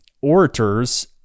orators